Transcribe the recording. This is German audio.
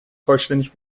vollständig